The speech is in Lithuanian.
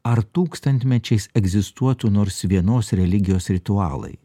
ar tūkstantmečiais egzistuotų nors vienos religijos ritualai